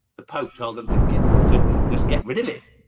the pope told them to get to just get rid of it.